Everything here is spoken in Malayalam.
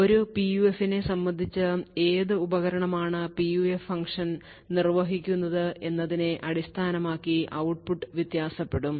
ഒരു PUF നെ സംബന്ധിച്ചു ഏത് ഉപകരണമാണ് PUF ഫംഗ്ഷൻ നിർവ്വഹിക്കുന്നത് എന്നതിനെ അടിസ്ഥാനമാക്കി ഔട്ട്പുട്ട് വ്യത്യാസപ്പെടും